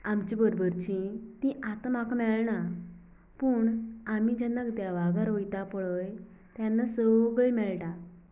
आमच्या बरोबरची ती आतां म्हाका मेळना पूण आमी जेन्ना दोवाघरा वयतां पळय तेन्ना सगळीं मेळटां